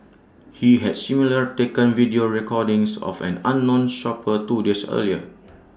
he had similarly taken video recordings of an unknown shopper two days earlier